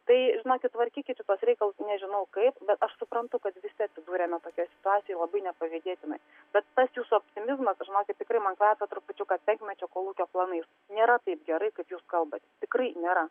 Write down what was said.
tai žinokit tvarkykit šituos reikalus nežinau kaip bet aš suprantu kad visi atsidūrėme tokioj situacijoj labai nepavydėtinoj bet tas jūsų optimizmas žinokit tikrai man kvepia trupučiuką penkmečio kolūkio planais nėra taip gerai kad jūs kalbat tikrai nėra